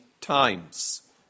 times